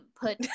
put